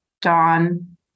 Dawn